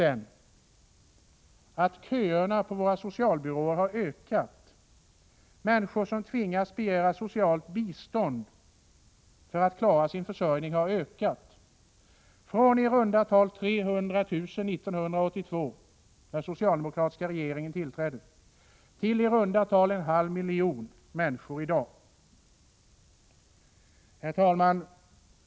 Jo, att köerna på våra socialbyråer av människor som tvingas begära socialt bistånd för att klara sin försörjning har ökat från i runda tal 300 000 människor 1982 när den socialdemokratiska regeringen tillträdde till i runda tal en halv miljon människor i dag. Herr talman!